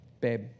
babe